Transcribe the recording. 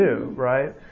right